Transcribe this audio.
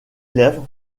lèvres